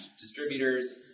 distributors